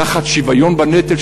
תחת שוויון בנטל,